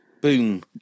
Boom